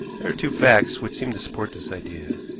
there are two facts which seem to support this idea.